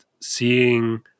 seeing